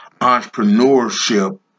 entrepreneurship